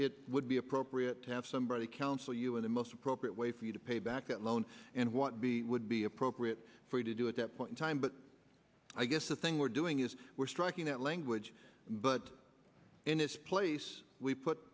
it would be appropriate to have somebody counsel you in the most appropriate way for you to pay back that loan and what be would be appropriate for you to do at that point in time but i guess the thing we're doing is we're striking that language but in its place we put